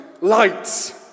lights